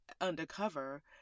undercover